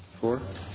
Four